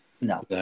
No